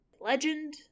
legend